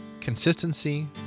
consistency